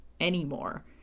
anymore